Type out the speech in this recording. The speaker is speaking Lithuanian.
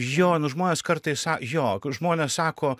jo nu žmonės kartais sa jo žmonės sako